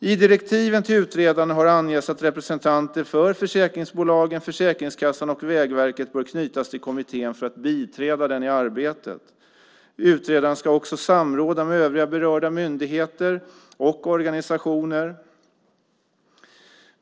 I direktiven till utredaren har angetts att representanter för försäkringsbolagen, Försäkringskassan och Vägverket bör knytas till kommittén för att biträda den i arbetet. Utredaren ska också samråda med övriga berörda myndigheter och organisationer.